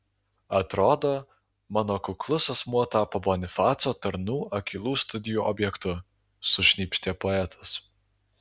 atrodo mano kuklus asmuo tapo bonifaco tarnų akylų studijų objektu sušnypštė poetas